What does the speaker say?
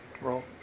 Roll